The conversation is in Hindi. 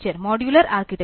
modular architecture